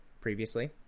previously